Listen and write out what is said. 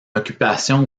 occupation